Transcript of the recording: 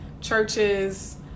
churches